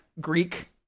Greek